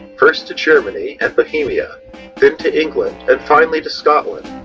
first to germany and bohemia, then to england and finally to scotland,